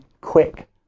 quick